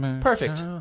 perfect